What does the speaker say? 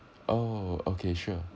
oh okay sure